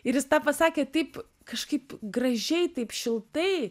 ir jis tą pasakė taip kažkaip gražiai taip šiltai